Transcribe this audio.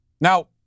Now